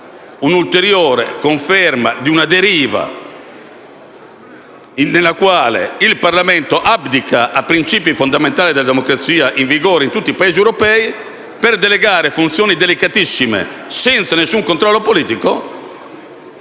una ulteriore conferma di una deriva nella quale il Parlamento abdica a principi fondamentali della democrazia in vigore in tutti i Paesi europei, per delegare funzioni delicatissime, senza alcun controllo politico,